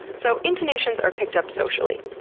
so, intonations are picked up socially.